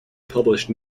published